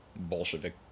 Bolshevik